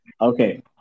okay